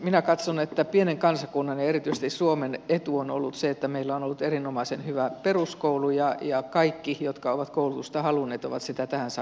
minä katson että pienen kansakunnan ja erityisesti suomen etu on ollut se että meillä on ollut erinomaisen hyvä peruskoulu ja kaikki jotka ovat koulutusta halunneet ovat sitä tähän saakka saaneet